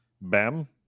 Bam